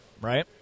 Right